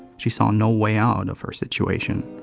she saw no way out. of her situation.